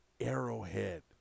arrowhead